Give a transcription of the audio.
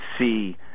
see